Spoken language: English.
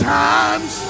times